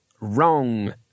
Wrong